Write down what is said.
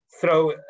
throw